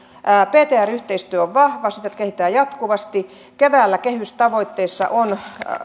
ptr yhteistyö on vahva sitä kehitetään jatkuvasti keväällä kehystavoitteissa on että